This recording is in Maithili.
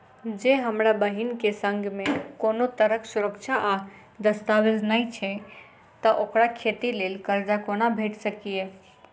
जँ हमरा बहीन केँ सङ्ग मेँ कोनो तरहक सुरक्षा आ दस्तावेज नै छै तऽ ओकरा खेती लेल करजा कोना भेटि सकैये?